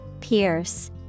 pierce